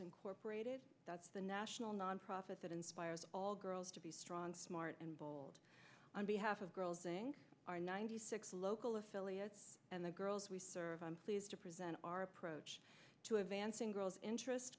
incorporated that's the national nonprofit that inspires all girls to be strong smart and bold on behalf of girls our ninety six local affiliates and the girls we serve on pleased to present our approach to advancing girls interest